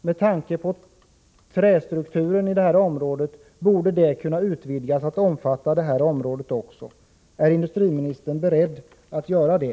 Med tanke på träindustristrukturen borde man kunna utvidga programmet till att omfatta även detta område. Är industriministern beredd att göra det?